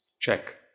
Check